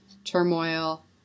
turmoil